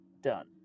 done